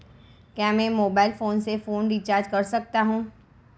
क्या मैं mobile phone से फोन रिचार्ज कर सकता हूं?